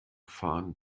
faden